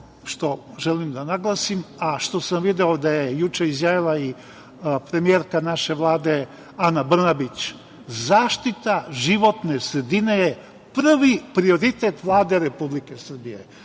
što želim da naglasim, a što sam video da je juče izjavila i premijerka naše Vlade, Ana Brnabić, zaštita životne sredine je prvi prioritet Vlade Republike Srbije. Dakle,